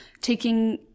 taking